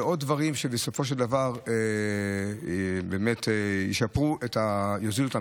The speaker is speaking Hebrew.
ועוד דברים שבסופו של דבר יורידו את המחיר.